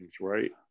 right